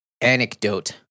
anecdote